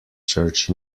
church